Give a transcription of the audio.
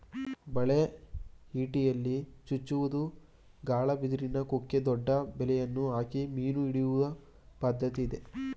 ಬಲೆ, ಇಟಿಯಲ್ಲಿ ಚುಚ್ಚುವುದು, ಗಾಳ, ಬಿದಿರಿನ ಕುಕ್ಕೆ, ದೊಡ್ಡ ಬಲೆಗಳನ್ನು ಹಾಕಿ ಮೀನು ಹಿಡಿಯುವ ಪದ್ಧತಿ ಇದೆ